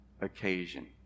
occasion